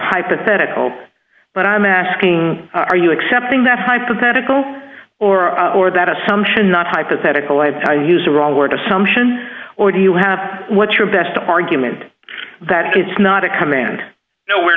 hypothetical but i'm asking are you accepting that hypothetical or for that assumption not hypothetical have used a wrong word assumption or do you have what's your best argument that it's not a command no we're